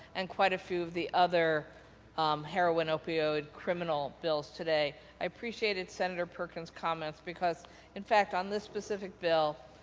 and quite a few of the other heroin opioid criminal bills today. i appreciated senator perkins' comments because in fact on this specific bill,